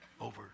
over